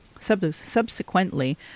Subsequently